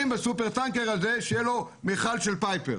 בסופר טנקר הזה שיהיה לו מכל של פייפר.